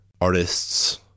artists